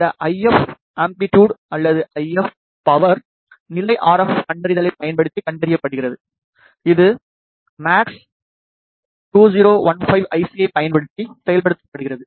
இந்த IF amplitude அல்லது IF power நிலை ஆர்எப் கண்டறிதலைப் பயன்படுத்தி கண்டறியப்படுகிறது இது எம்எஎக்ஸ்2015 ஐசி ஐப் பயன்படுத்தி செயல்படுத்தப்படுகிறது